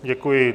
Děkuji.